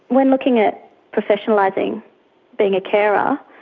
when looking at professionalising being a carer,